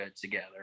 together